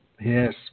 Yes